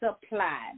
supply